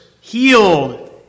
healed